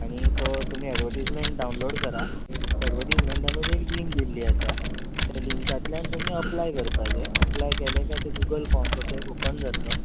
आनी तो तुमी एडवटिजमॅण डावनलोड करा एडवटिजमँटानूच एक लींक दिल्ली आसा त्या लिंकांतल्यान तुमी अप्लाय करपाचें अप्लाय केलें काय तें गुगल फॉम कसो एक ओपन जातलो